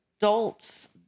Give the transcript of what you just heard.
adults